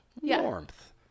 Warmth